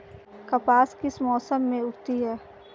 कपास किस मौसम में उगती है?